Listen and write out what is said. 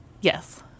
Yes